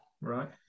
Right